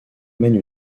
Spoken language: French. mène